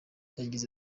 yagize